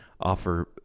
offer